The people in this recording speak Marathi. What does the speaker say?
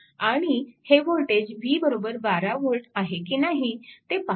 आणि हे वोल्टेज v 12V आहे की नाही ते पहा